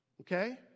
okay